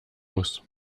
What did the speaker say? muss